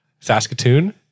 Saskatoon